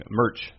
merch